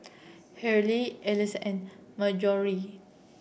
Hillard Elease and